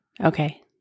Okay